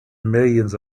millions